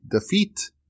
defeat